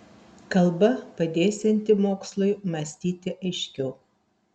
kalba padėsianti mokslui mąstyti aiškiau